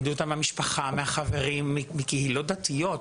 נידו אותם מהמשפחה, מהחברים, מקהילות דתיות.